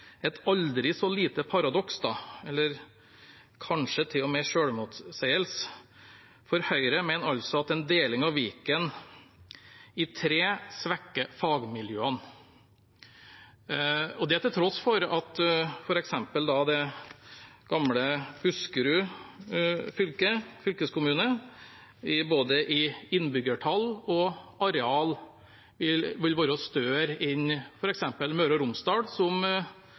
lite paradoks, eller kanskje til og med en selvmotsigelse, for Høyre mener altså at en deling av Viken i tre svekker fagmiljøene – og det til tross for at f.eks. gamle Buskerud fylkeskommune i både innbyggertall og areal er større enn f.eks. Møre og Romsdal,